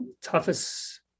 toughest